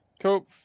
cool